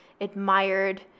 admired